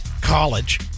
college